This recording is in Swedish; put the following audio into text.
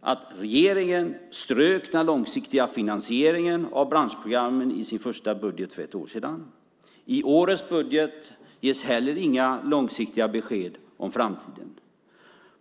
att regeringen strök den långsiktiga finansieringen av branschprogrammen i sin första budget för ett år sedan. Inte heller i årets budget ges några långsiktiga besked om framtiden.